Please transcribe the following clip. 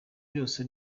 byose